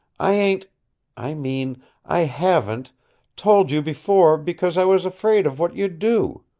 i ain't i mean i haven't told you before, because i was afraid of what you'd do.